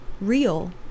real